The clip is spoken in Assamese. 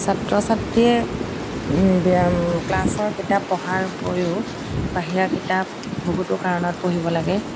ছাত্ৰ ছাত্ৰীয়ে ক্লাছৰ কিতাপ পঢ়াৰ উপৰিও বাহিৰা কিতাপ বহুতো কাৰণত পঢ়িব লাগে